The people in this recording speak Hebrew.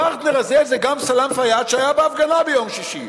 הפרטנר הזה זה גם סלאם פיאד שהיה בהפגנה ביום שישי.